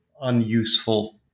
unuseful